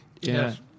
Yes